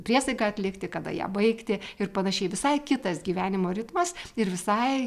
priesaiką atlikti kada ją baigti ir panašiai visai kitas gyvenimo ritmas ir visai